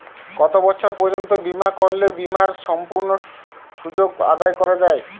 কত বছর পর্যন্ত বিমা করলে বিমার সম্পূর্ণ সুযোগ আদায় করা য়ায়?